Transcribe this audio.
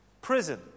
Prison